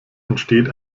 entsteht